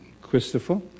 Christopher